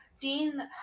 Dean